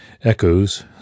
echoes